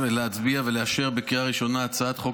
להצביע ולאשר בקריאה הראשונה הצעת חוק